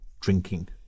drinking